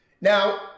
Now